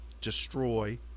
destroy